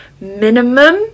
minimum